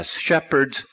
shepherd's